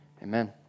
Amen